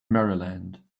maryland